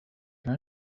can